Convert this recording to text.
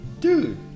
dude